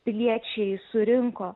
piliečiai surinko